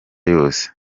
yose